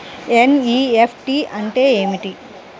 NEFT అంటే ఏమిటీ?